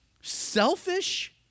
selfish